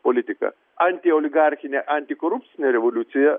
politiką antioligarchinė antikorupcinė revoliucija